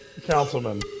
Councilman